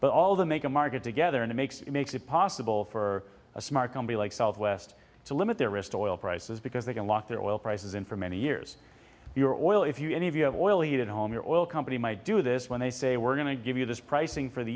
but all of the make a market together and it makes it makes it possible for a smart company like southwest to limit their wrist oil prices because they can lock their oil prices in for many years your oil if you any of you have oil heat at home your oil company might do this when they say we're going to give you this pricing for the